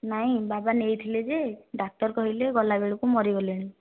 ନାଇଁ ବାବା ନେଇଥିଲେ ଯେ ଡାକ୍ତର୍ କହିଲେ ଗଲାବେଳକୁ ମରିଗଲେଣି